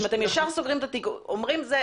כאן אני רוצה לציין ולנצל את הבמה שניתנה כאן שלעודד את